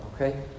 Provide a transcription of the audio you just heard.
Okay